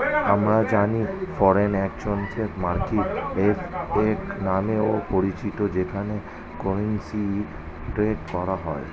আমরা জানি foreign exchange market FX নামেও পরিচিত যেখানে কারেন্সি ট্রেড করা হয়